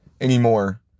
anymore